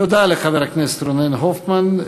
תודה לחבר הכנסת רונן הופמן.